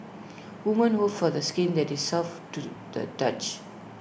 women hope for the skin that is soft to the touch